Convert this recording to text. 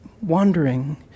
wandering